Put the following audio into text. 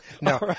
No